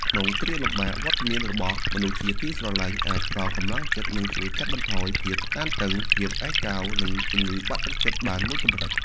ក្នុងគ្រាលំបាក វត្តមានរបស់មនុស្សជាទីស្រឡាញ់អាចផ្តល់កម្លាំងចិត្ត និងជួយកាត់បន្ថយភាពតានតឹង ភាពឯកោ និងជំងឺបាក់ទឹកចិត្តបានមួយកម្រិត។